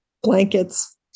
blankets